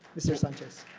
mr. sanchez.